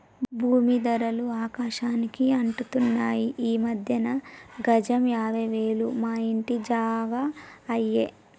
భూమీ ధరలు ఆకాశానికి అంటుతున్నాయి ఈ మధ్యన గజం యాభై వేలు మా ఇంటి జాగా అయ్యే